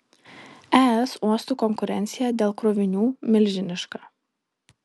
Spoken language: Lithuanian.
es uostų konkurencija dėl krovinių milžiniška